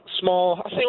small